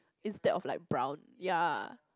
instead of like brown ya